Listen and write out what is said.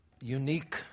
unique